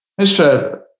Mr